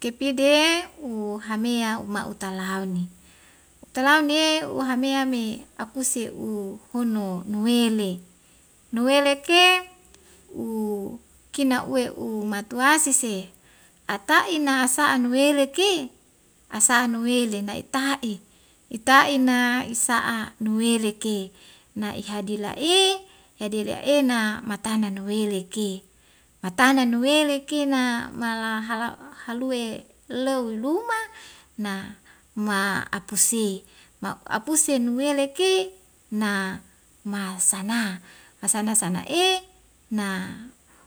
Kepide u hamea u ma utalauni utalaunie uhamea me akuse u hono nuwele nuwele ke u kina uwe u matuwasis se ata'ina sa'a nuwele ke asa'a nuwele nai ita'i ita'ina isa'a nuwele ke na ihadi la'e hadi la'ena matana nanuweleke matana nanuweleke na mala halau' halue lou luma na ma apuse ma apuse nuweleke na mal sana masana sana e na